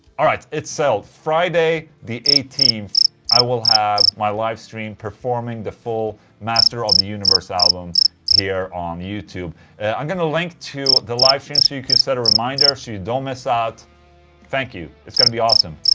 alright it's on so friday the eighteenth i will have my livestream performing the full master of the universe album here on youtube i'm gonna link to the livestream so you can set a reminder, so you don't miss out thank you. it's gonna be awesome.